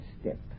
step